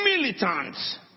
Militants